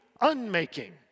unmaking